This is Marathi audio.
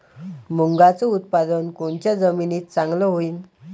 मुंगाचं उत्पादन कोनच्या जमीनीत चांगलं होईन?